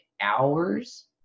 hours